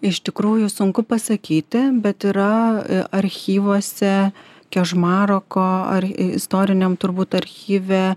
iš tikrųjų sunku pasakyti bet yra archyvuose kežmaroko ar istoriniam turbūt archyve